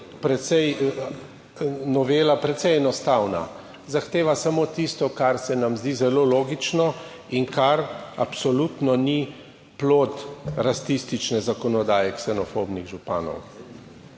precej enostavna, zahteva samo tisto, kar se nam zdi zelo logično in kar absolutno ni plod rasistične zakonodaje, ksenofobnih županov.